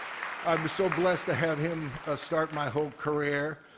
i'm so blessed to have him start my whole career.